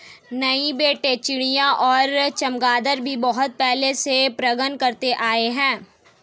नहीं बेटे चिड़िया और चमगादर भी बहुत पहले से परागण करते आए हैं